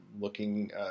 looking